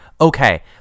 Okay